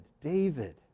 David